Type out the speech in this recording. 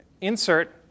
insert